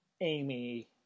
Amy